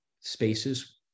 spaces